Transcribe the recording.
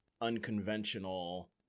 unconventional